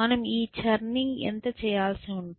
మనం ఈ చర్నింగ్ ఎంత చేయాల్సి ఉంటుంది